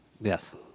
Yes